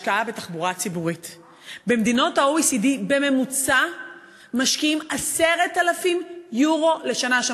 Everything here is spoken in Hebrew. במדינות ה-OECD משקיעים 10,000 יורו לשנה בממוצע.